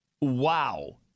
Wow